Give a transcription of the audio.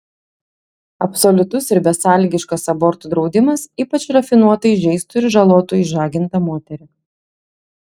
absoliutus ir besąlygiškas abortų draudimas ypač rafinuotai žeistų ir žalotų išžagintą moterį